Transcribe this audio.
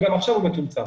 וגם עכשיו הוא מצומצם.